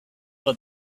for